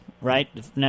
right